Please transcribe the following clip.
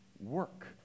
work